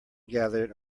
gathered